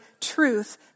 truth